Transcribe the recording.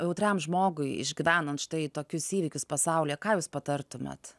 jautriam žmogui išgyvenant štai tokius įvykius pasaulyje ką jūs patartumėt